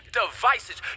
devices